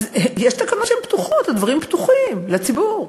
יש תקנות שהן פתוחות, הדברים פתוחים לציבור.